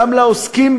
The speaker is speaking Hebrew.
גם לעוסקים,